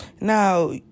now